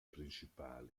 principali